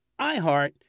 iHeart